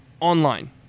Online